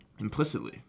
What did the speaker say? implicitly